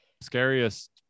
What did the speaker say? scariest